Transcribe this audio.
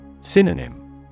Synonym